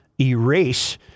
erase